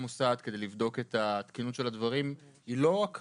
את תקינות הדברים לא הייתה אקראית,